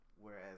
whereas